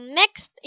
next